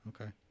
Okay